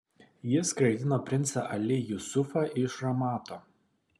jis skraidino princą ali jusufą iš ramato